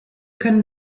können